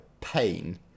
pain